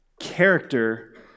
Character